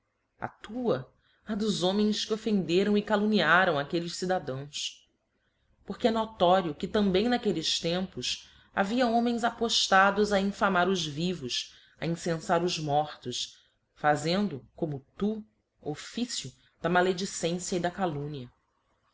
a tua á dos homens que offenderam e calumniaram aquelles cidadãos porque é notório que também n'aquelles tempos havia homens apoílados a infamar os vivos a incenfar os mortos fazendo como tu officio da maledicência e da calumnia